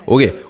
Okay